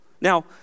Now